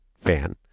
fan